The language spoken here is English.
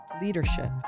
leadership